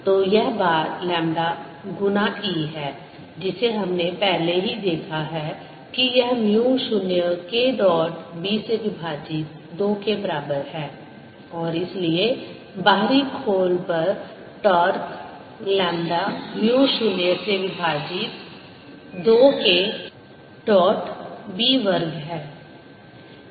तो यह बार लैम्ब्डा गुना E है जिसे हमने पहले ही देखा है कि यह म्यू 0 K डॉट b से विभाजित 2 के बराबर है और इसलिए बाहरी खोल पर टॉर्क लैम्ब्डा म्यू 0 से विभाजित 2 K डॉट b वर्ग है